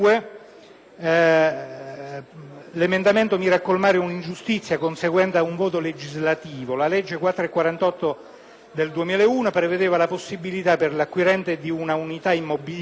L'emendamento 2.202 mira a colmare un'ingiustizia conseguente ad un vuoto legislativo: la legge n. 448 del 2001 prevedeva la possibilità per l'acquirente di un'unità immobiliare, facente parte di un fabbricato